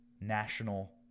national